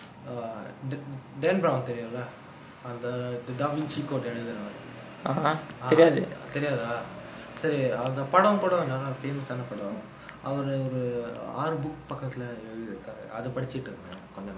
uh the dan brown தெரியுல அந்த:theriyula antha da vinci code எழுதுனவர்:eluthunavar ah தெரியாதா செரி அந்த படம் படம் நல்ல:theriyathaa seri antha padam padam nalla famous ஆன படம் அவரு ஒரு ஆறு:aana padam avaru oru aaru book பக்கத்துல எழுதி இருக்காரு அது படிச்சுட்டு இருந்தேன் கொஞ்ச:pakkathula eluthi irukkaaru athu padichittu irunthaen konja